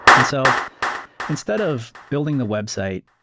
and so instead of building the website,